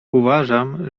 uważam